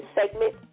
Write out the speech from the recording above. segment